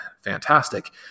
fantastic